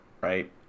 right